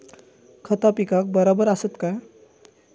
खता पिकाक बराबर आसत काय?